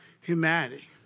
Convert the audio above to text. humanity